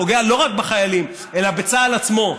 פוגע לא רק בחיילים אלא בצה"ל עצמו,